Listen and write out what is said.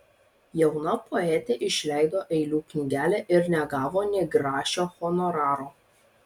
jauna poetė išleido eilių knygelę ir negavo nė grašio honoraro